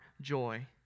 joy